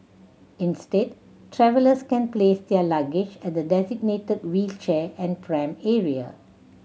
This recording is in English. instead travellers can place their luggage at the designated wheelchair and pram area